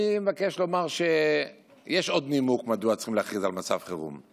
אני מבקש לומר שיש עוד נימוק מדוע צריכים להכריז על מצב חירום.